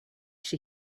she